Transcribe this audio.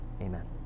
Amen